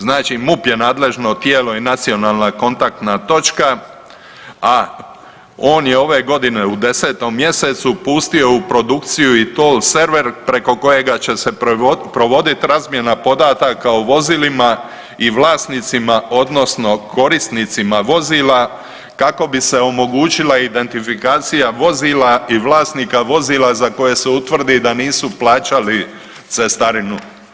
Znači MUP je nadležno tijelo i nacionalna kontaktna točka, a on je ove godine u 10. mjesecu pustio u produkciju i to u server preko kojega će se provodit razmjena podataka o vozilima i vlasnicima odnosno korisnicima vozila kako bi se omogućila identifikacija vozila i vlasnika vozila za koje se utvrdi da nisu plaćali cestarinu.